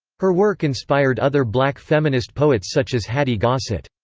her work inspired other black feminist poets such as hattie gossett.